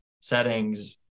settings